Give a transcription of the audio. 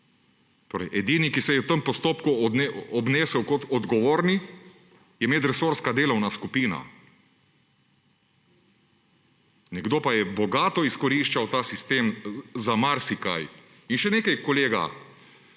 Torej edini, ki se je v tem postopku obnesel kot odgovorni, je medresorska delovna skupina. Nekdo pa je bogato izkoriščal ta sistem za marsikaj. In še nekaj, kolega.